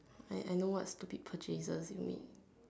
I I know what stupid purchases you make